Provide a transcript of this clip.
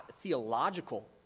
theological